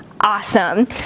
awesome